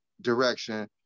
direction